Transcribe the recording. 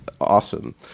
awesome